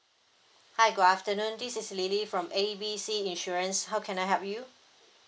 hi good afternoon this is lily from A B C insurance how can I help you